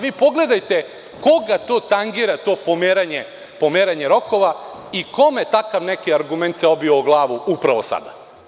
Vi pogledajte koga to tangira pomeranje rokova i kome takav neki argument se obija o glavu upravo sada.